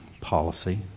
policy